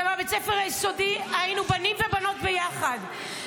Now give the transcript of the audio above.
ובבית הספר היסודי היינו בנים ובנות ביחד,